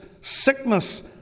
sickness